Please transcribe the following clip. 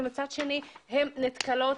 מצד שני הן נתקלות,